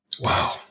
Wow